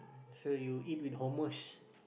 so you eat with homers